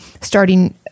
starting